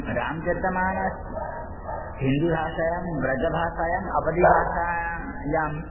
रामचरितमानसं हिन्दिभाषायां व्रजभाषायाम् अवधिभाषायां